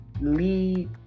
lead